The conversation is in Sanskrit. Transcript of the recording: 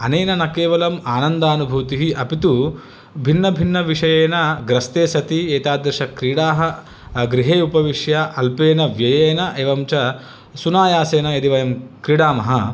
अनेन न केवलम् आनन्दानुभूतिः अपि तु भिन्नभिन्नविषयेन ग्रस्ते सति एतादृशक्रीडाः गृहे उपविश्य अल्पेन व्ययेन एवं च सुनायासेन यदि वयं क्रीडामः